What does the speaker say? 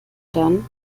dann